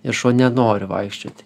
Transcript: ir šuo nenori vaikščioti